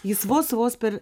jis vos vos per